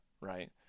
right